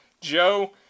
Joe